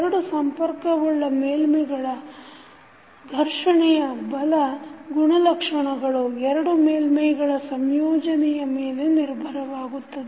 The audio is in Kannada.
ಎರಡು ಸಂಪರ್ಕವುಳ್ಳ ಮೇಲ್ಮೈಗಳ ಘರ್ಷಣೆಯ ಬಲ ಗುಣಲಕ್ಷಣಗಳು ಎರಡು ಮೇಲ್ಮೈಗಳ ಸಂಯೋಜನೆಯ ಮೇಲೆ ನಿರ್ಭರವಾಗುತ್ತದೆ